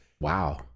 Wow